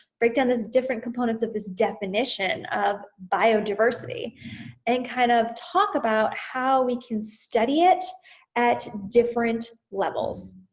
break down this different components of this definition of biodiversity and kind of talk about how we can study it at different levels.